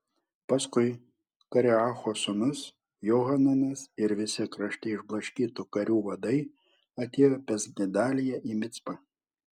paskui kareacho sūnus johananas ir visi krašte išblaškytų karių vadai atėjo pas gedaliją į micpą